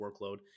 workload